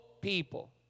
people